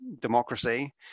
democracy